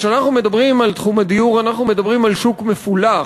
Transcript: כשאנחנו מדברים על תחום הדיור אנחנו מדברים על שוק מפולח.